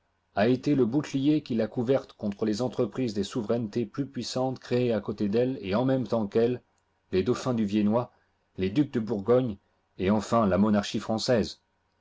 a été le bouclier qui l'a couverte contre les entreprises des souverainetés plus puissantes créées à côté d'elle et en momo temps qu'elle les dauphins du viennois les ducs de bourgogne et enfin la monarchie française